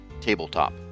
tabletop